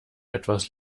etwas